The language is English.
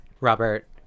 Robert